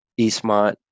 Eastmont